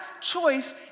choice